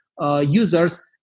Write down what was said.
Users